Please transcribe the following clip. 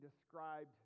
described